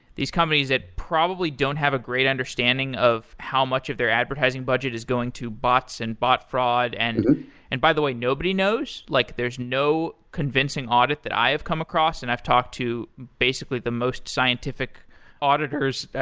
these companies that probably don't have a great understanding of how much of their advertising budget is going to bots and bot fraud. and and by the way, nobody knows. like there's no convincing audit that i have come across. and i've talked to, basically, the most scientific auditors,